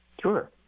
Sure